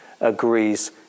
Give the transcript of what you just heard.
agrees